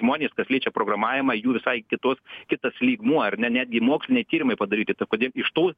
žmonės kas liečia programavimą jų visai kitos kitas lygmuo ar ne netgi moksliniai tyrimai padaryti tai kodėl iš tų